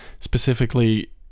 specifically